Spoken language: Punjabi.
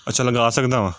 ਅੱਛਾ ਲਗਾ ਸਕਦਾ ਵਾਂ